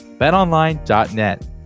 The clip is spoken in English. BetOnline.net